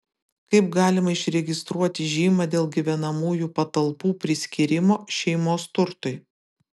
kaip galima išregistruoti žymą dėl gyvenamųjų patalpų priskyrimo šeimos turtui